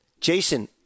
Jason